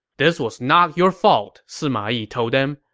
this was not your fault, sima yi told them.